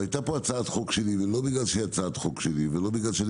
היתה פה הצעת חוק שלי ולא בגלל שזו הצעת חוק שלי ולא כי אני